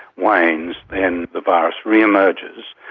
wanes, then the virus re-emerges,